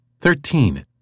Thirteen